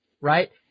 Right